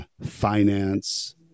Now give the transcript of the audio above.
finance